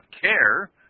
care